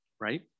Right